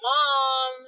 Mom